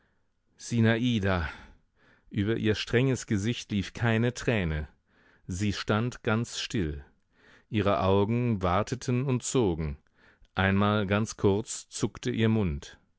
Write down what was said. sinada über ihr strenges gesicht lief keine träne sie stand ganz still ihre augen warteten und zogen einmal ganz kurz zuckte ihr mund